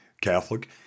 Catholic